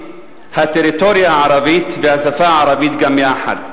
הטריטוריה הערבית והשפה הערבית גם יחד.